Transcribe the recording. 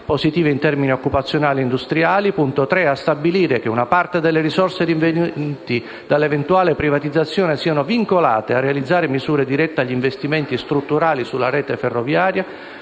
positive in termini occupazionali e industriali; a stabilire che una parte delle risorse rivenienti dall'eventuale privatizzazione siano vincolate a realizzare misure dirette agli investimenti strutturali sulla rete ferroviaria,